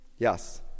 Yes